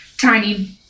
tiny